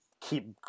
keep